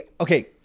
Okay